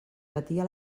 batia